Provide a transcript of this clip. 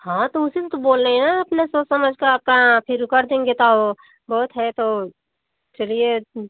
हाँ तो उसी लिए तो बोले हैं अपना सोच समझकर आपका फिर कर देंगे तो बहुत है तो चलिये